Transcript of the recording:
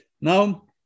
Now